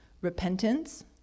Repentance